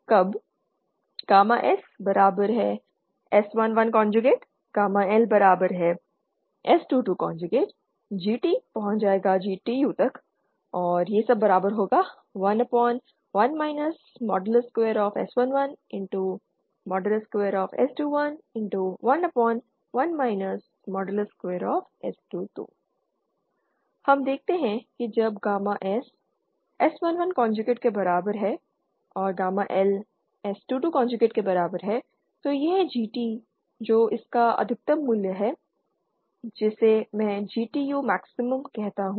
कब SS11 LS22 GTGTU 11 S112S21211 S222 हम देखते हैं कि जब गामा S S11 कोंजूगेट के बराबर है और गामा L S22 कोंजूगेट के बराबर है तो यह GT जो इसका अधिकतम मूल्य है जिसे मैं GTU मैक्सिमम कहता हूं